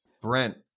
Brent